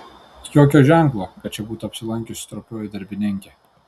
jokio ženklo kad čia būtų apsilankiusi stropioji darbininkė